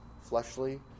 fleshly